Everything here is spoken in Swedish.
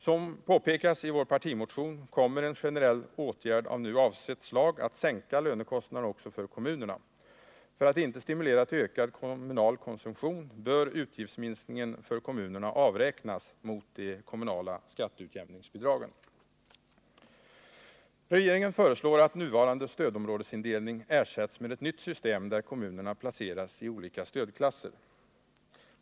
Som påpekats i vår partimotion kommer en generell åtgärd av nu avsett slag att sänka lönekostnaderna också för kommunerna. För att inte stimulera till ökad kommunal konsumtion bör utgiftsminskningen för kommunerna avräknas mot de kommunala skatteutjämningsbidragen. Regeringen föreslår att nuvarande stödområdesindelning ersätts av ett nytt system där kommunerna placeras i olika stödklasser.